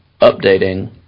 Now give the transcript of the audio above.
updating